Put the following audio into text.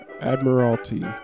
admiralty